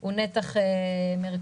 הוא נתח מרכזי,